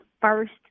first